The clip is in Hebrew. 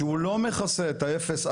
שהוא לא מכסה את ה-0-1